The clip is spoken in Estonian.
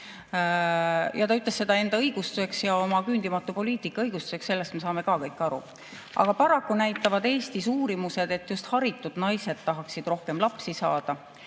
Ta ütles seda enda ja oma küündimatu poliitika õigustuseks, sellest me saame kõik aru. Aga paraku näitavad Eestis uurimused, et just haritud naised tahaksid rohkem lapsi saada.